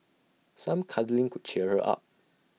some cuddling could cheer her up